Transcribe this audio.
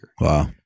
Wow